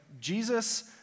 Jesus